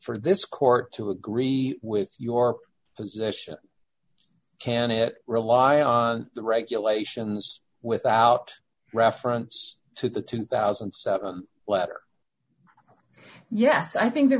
for this court to agree with your position can it rely on the regulations without reference to the two thousand and seven letter yes i think the